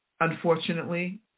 unfortunately